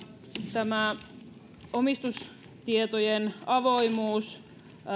tämä omistustietojen avoimuus